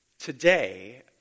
Today